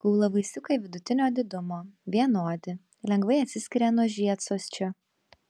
kaulavaisiukai vidutinio didumo vienodi lengvai atsiskiria nuo žiedsosčio